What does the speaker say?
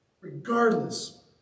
regardless